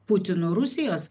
putino rusijos